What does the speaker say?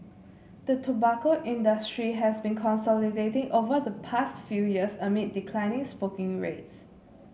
the tobacco industry has been consolidating over the past few years amid declining smoking rates